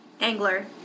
Angler